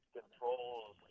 controls